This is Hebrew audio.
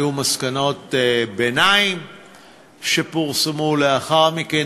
היו מסקנות ביניים שפורסמו לאחר מכן.